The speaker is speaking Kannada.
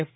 ಎಫ್